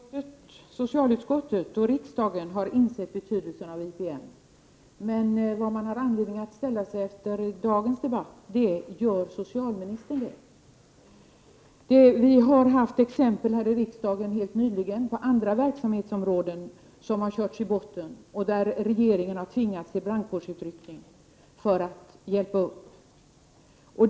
Herr talman! Socialutskottet och riksdagen har insett betydelsen av IPM. Men den fråga som man har anledning att ställa sig efter dagens debatt är: 111 Har socialministern det? Vi har helt nyligen här i riksdagen haft exempel på andra verksamhetsområden som har körts i botten och där regeringen har tvingats till brandkårsutryckningar för att hjälpa till.